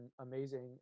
amazing